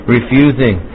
Refusing